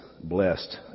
blessed